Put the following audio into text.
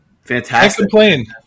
Fantastic